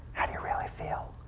how do you really feel.